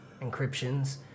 encryptions